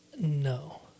No